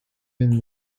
been